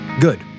Good